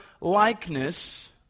likeness